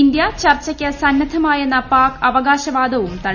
India ചർച്ചക്ക് സന്നദ്ധമായെന്ന പാക് അവക്ടുശവാദവും തള്ളി